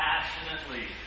passionately